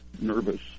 nervous